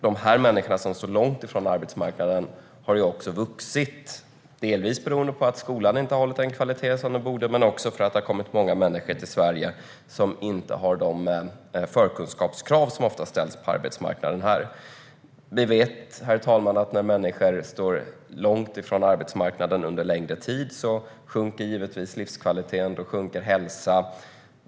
Antalet människor som står långt ifrån arbetsmarknaden har vuxit, delvis beroende på att skolan inte har hållit den kvalitet som den borde men också därför att det har kommit många människor till Sverige som inte har de förkunskaper som ofta krävs på arbetsmarknaden här. När människor står långt ifrån arbetsmarknaden under en längre tid sjunker givetvis livskvaliteten, och då försämras hälsan.